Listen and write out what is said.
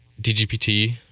DGPT